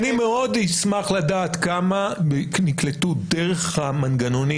אני מאוד אשמח לדעת כמה נקלטו דרך המנגנונים